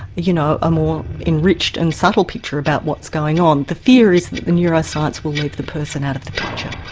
you know, a more enriched and subtle picture about what's going on. the fear is that the neuroscience will leave the person out of the picture.